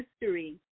history